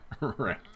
Right